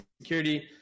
security